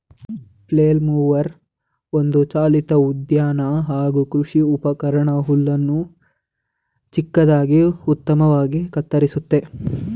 flail mower ಒಂದು ಚಾಲಿತ ಉದ್ಯಾನ ಹಾಗೂ ಕೃಷಿ ಉಪಕರಣ ಹುಲ್ಲನ್ನು ಚಿಕ್ಕದಾಗಿ ಉತ್ತಮವಾಗಿ ಕತ್ತರಿಸುತ್ತೆ